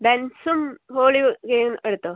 ബെൻസും ഹോളി ഗെയും എടുത്തോ